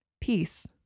peace